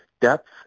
depth